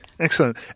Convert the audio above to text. Excellent